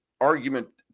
argument